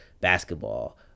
basketball